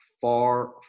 far